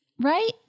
Right